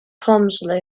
clumsily